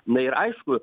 na ir aišku